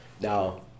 now